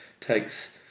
takes